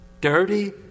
dirty